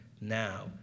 now